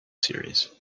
series